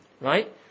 Right